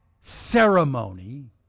ceremony